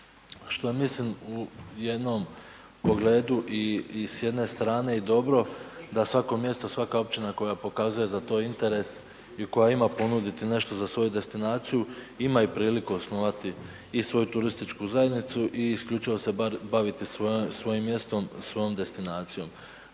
što je mislim u jednom pogledu i s jedne strane i dobro da svako mjesto, svaka općina koja pokazuje za to interes i koja ima ponuditi nešto za svoju destinaciju, ima i priliku osnovati i svoju turističku zajednicu i isključivo se baviti svojim mjestom, svojom destinacijom,